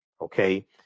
okay